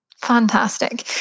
Fantastic